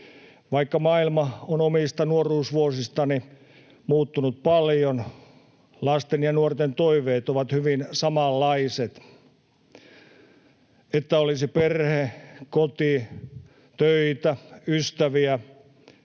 Vaikka maailma on omista nuoruusvuosistani muuttunut paljon, lasten ja nuorten toiveet ovat hyvin samanlaiset: että olisi perhe, koti, töitä, ystäviä,